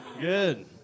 Good